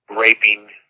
raping